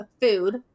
food